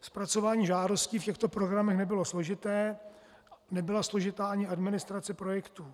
Zpracování žádostí v těchto programech nebylo složité, nebyla složitá ani administrace projektů.